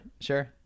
sure